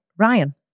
Ryan